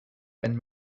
ben